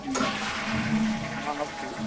ہاں ہاں ٹھیک